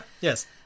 yes